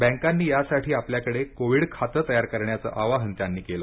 बँकांनी यासाठी आपल्याकडे कोविड खाते तयार करण्याचं आवाहन त्यांनी केलं